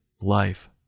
life